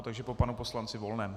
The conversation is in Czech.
Takže po panu poslanci Volném.